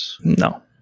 No